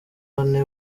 bane